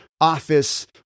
office